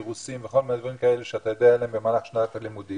אירוסין וכל מיני דברים כאלה שאתה יודע עליהם במהלך שנת הלימודים,